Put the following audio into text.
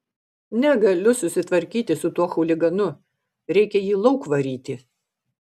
negaliu susitvarkyti su tuo chuliganu reikia jį lauk varyti